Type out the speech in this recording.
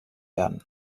werden